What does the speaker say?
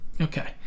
okay